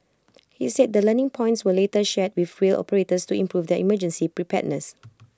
he said the learning points were later shared to improve their emergency preparedness